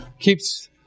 Keeps